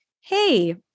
hey